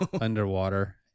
underwater